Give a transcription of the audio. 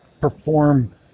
perform